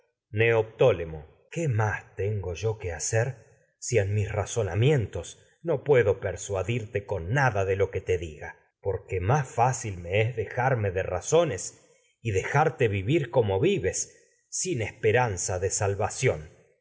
troya neoptólemo qué no más tengo yo que hacer si en mis razonamientos puedo persuadirte me es con nada de ra lo que te diga porque y más fácil dejarme de zones dejarte vivir como vives sin esperanza de